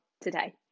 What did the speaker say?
today